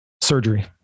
Surgery